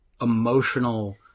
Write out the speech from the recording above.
emotional